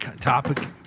topic